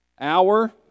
Hour